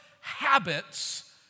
habits